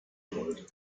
rollte